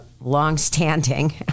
long-standing